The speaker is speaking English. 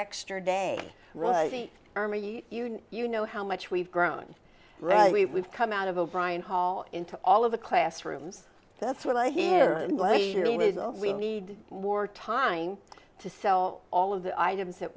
extra day you know how much we've grown right we come out of a brian hall into all of the classrooms that's what i hear we need more time to sell all of the items that